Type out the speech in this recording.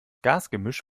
gasgemisch